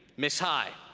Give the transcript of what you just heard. ms. high,